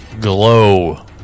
glow